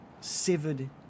severed